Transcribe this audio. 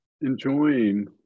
enjoying